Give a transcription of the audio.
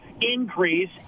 increase